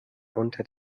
unter